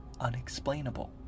unexplainable